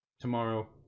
tomorrow